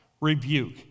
rebuke